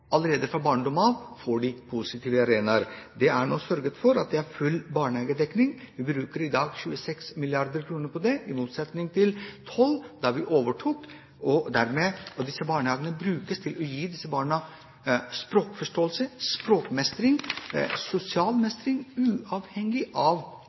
allerede fra barndommen av får positive arenaer. Det er nå sørget for at det er full barnehagedekning – vi bruker i dag 26 mrd. kr på det, i motsetning til 12 mrd. kr da vi overtok. Barnehagene brukes til å gi disse barna språkforståelse, språkmestring og sosial mestring uavhengig av